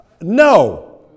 No